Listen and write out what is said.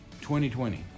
2020